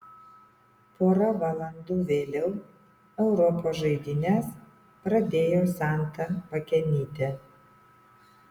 pora valandų vėliau europos žaidynes pradėjo santa pakenytė